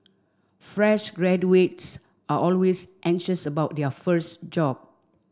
fresh graduates are always anxious about their first job